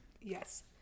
Yes